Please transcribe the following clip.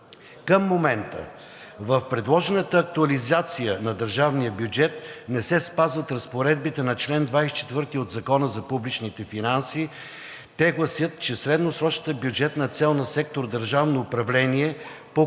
Към момента в предложената актуализация на държавния бюджет не се спазват разпоредбите на чл. 24 от Закона за публичните финанси. Те гласят, че средносрочната бюджетна цел на сектор „Държавно управление“